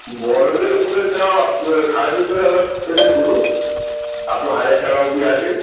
বড়োদের বুটের দাম সাড়ে তিনশো টাকার থেকে শুরু আপ টু হাজার টাকা অব্দি আছে